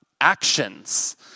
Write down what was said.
actions